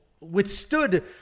withstood